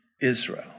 Israel